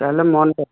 তেতিয়াহ'লে মন